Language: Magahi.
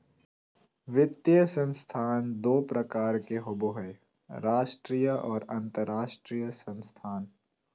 वित्तीय संस्थान दू प्रकार के होबय हय राष्ट्रीय आर अंतरराष्ट्रीय संस्थान